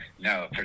No